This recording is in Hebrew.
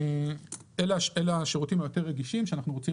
אלה השירותים היותר רגישים שאנחנו רוצים